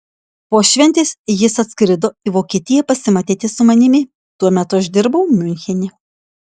po šventės jis atskrido į vokietiją pasimatyti su manimi tuo metu aš dirbau miunchene